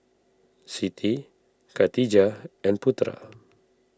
Siti Katijah and Putera